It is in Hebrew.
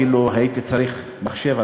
אפילו הייתי צריך מחשב,